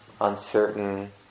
uncertain